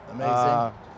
Amazing